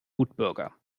wutbürger